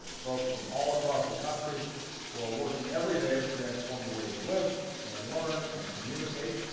folks from all across the country who are working every day to transform the way we live and learn and communicate.